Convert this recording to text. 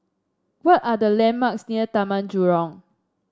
what are the landmarks near Taman Jurong